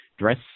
dress